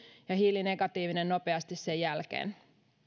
ja hiilinegatiivinen nopeasti sen jälkeen